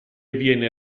viene